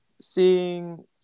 seeing